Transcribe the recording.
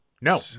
No